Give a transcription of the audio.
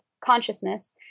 consciousness